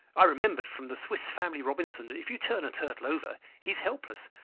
i remembered from the swiss family robinson that if you turn a turtle over he is helpless.